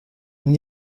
این